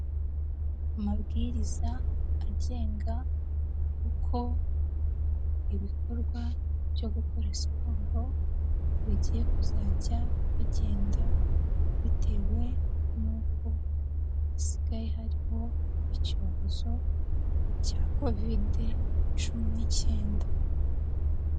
Amabwiriza agenga uko ibikorwa byo gukora siporo bigiye kuzajya bigenda bitewe n'uko hasigaye hariho icyorezo cya kovide cumi n'icyenda.